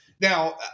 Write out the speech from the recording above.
now